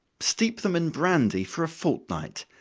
steep them in brandy for a fortnight,